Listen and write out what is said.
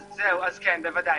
בוודאי.